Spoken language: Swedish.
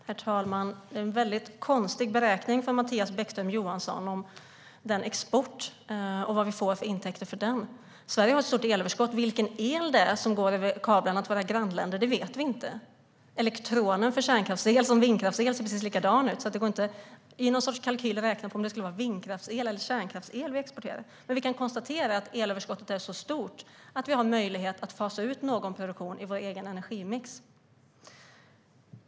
Herr talman! Det är en konstig beräkning som Mattias Bäckström Johansson gör när det gäller de intäkter vi får av elexporten. Sverige har ett stort elöverskott. Vilken el det är som går i kablarna till våra grannländer vet vi inte. Elektronerna för kärnkraftsel och vindkraftsel ser likadana ut. Man kan inte i kalkylen räkna på om det skulle vara vindkraftsel eller kärnkraftsel vi exporterar. Vi kan konstatera att elöverskottet är så stort att vi har möjlighet att fasa ut någon produktion i vår egen energimix.